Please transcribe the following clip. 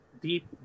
deep